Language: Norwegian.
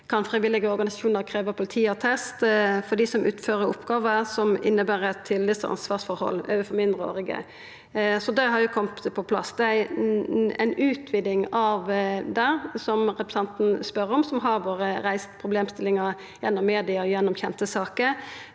Frivillige organisasjonar kan òg krevja politiattest for dei som utfører oppgåver som inneber eit tillits- og ansvarsforhold overfor mindreårige, så det har kome på plass. Det er ei utviding av det som representanten spør om, som det har vore reist problemstillingar om, gjennom media og gjennom kjente saker.